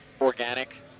organic